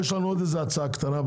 יש לנו עוד הצעה קטנה,